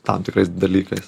tam tikrais dalykais